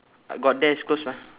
got there is closed mah